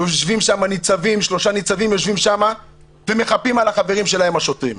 יושבים שם שלושה ניצבים ומחפים על החברים שלהם השוטרים.